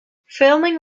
filming